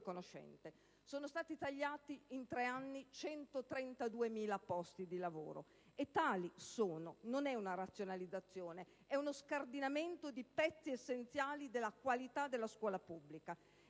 sono stati tagliati 132.000 posti di lavoro: si tratta di tagli e non di una razionalizzazione; è uno scardinamento di pezzi essenziali della qualità della scuola pubblica.